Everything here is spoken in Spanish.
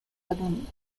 alumnos